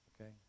Okay